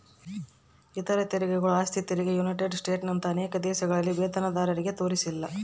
ಇತರ ತೆರಿಗೆಗಳು ಆಸ್ತಿ ತೆರಿಗೆ ಯುನೈಟೆಡ್ ಸ್ಟೇಟ್ಸ್ನಂತ ಅನೇಕ ದೇಶಗಳಲ್ಲಿ ವೇತನದಾರರತೆರಿಗೆ ತೋರಿಸಿಲ್ಲ